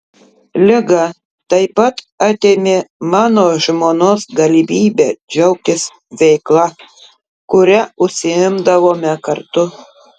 liga taip pat atėmė mano žmonos galimybę džiaugtis veikla kuria užsiimdavome kartu